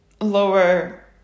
lower